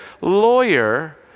lawyer